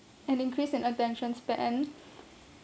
an increase in attention span